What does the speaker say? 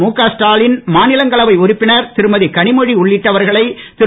முக ஸ்டாலின் மாநிலங்களவை உறுப்பினர் திருமதி கனிமொழி உள்ளிட்டவர்களை திரு